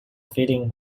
feeding